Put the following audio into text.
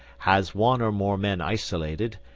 has one or more men isolated,